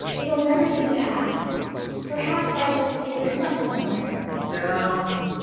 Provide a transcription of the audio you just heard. it'll never do to ask perhaps i shall see it written up somewhere down,